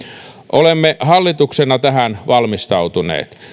olemme hallituksena tähän valmistautuneet